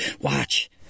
Watch